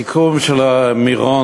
הסיכום של מירון,